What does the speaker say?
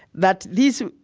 that these,